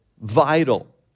vital